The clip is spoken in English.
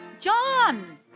John